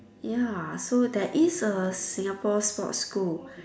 ya so there is a Singapore sports school